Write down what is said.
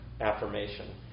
affirmation